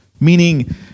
Meaning